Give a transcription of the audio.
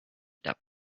devil